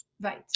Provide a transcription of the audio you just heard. Right